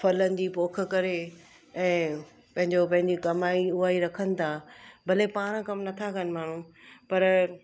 फलनि जी पोख करे ऐं पंहिंजो पंहिंजी कमाई उहा ई रखनि था भले पाण कमु नथा कनि माण्हू पर